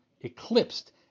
eclipsed